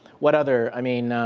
what other, i mean.